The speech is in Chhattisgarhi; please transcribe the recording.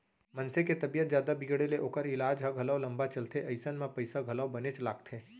मनसे के तबीयत जादा बिगड़े ले ओकर ईलाज ह घलौ लंबा चलथे अइसन म पइसा घलौ बनेच लागथे